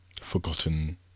forgotten